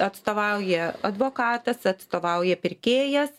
atstovauja advokatas atstovauja pirkėjas